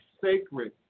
sacred